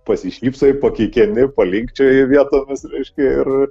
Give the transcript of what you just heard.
pasišypsai pakikeni palinkčioji vietoj reiškia ir